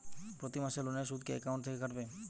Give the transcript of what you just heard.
প্রতি মাসে লোনের সুদ কি একাউন্ট থেকে কাটবে?